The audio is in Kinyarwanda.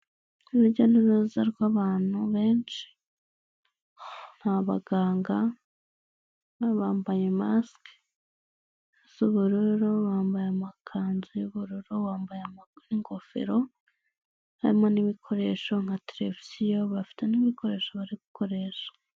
Urujya n'uruza rw'abantu benshi ni abaganga bambaye masike z'ubururu, bambaye amakanzu y'ubururu, bambaye n'ingofero, harimo n'ibikoresho nka televiziyo bafite n'ibikoresho bari gukoresha.